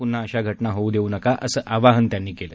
प्रन्हा अशा घटना होऊ देऊ नका असं आवाहनही त्यांनी केलं